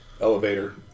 elevator